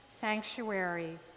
sanctuary